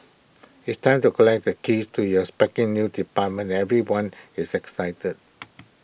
it's time to collect the keys to your spanking new apartment everyone is excited